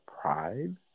pride